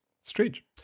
Strange